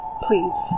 Please